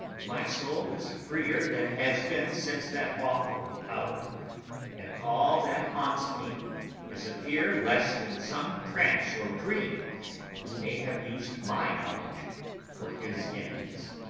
my soul is freer than it has been since that awful hour and all that haunts me is a fear lest in some trance or dream he may have used my knowledge for his ends.